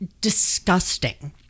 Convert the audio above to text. disgusting